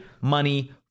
money